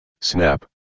SNAP